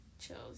Chills